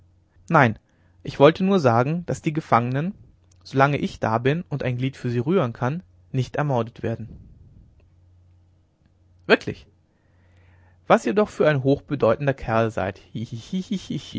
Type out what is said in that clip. nein ich wollte nur sagen daß die gefangenen so lange ich da bin und ein glied für sie rühren kann nicht ermordet werden wirklich was ihr doch für ein hochbedeutender kerl seid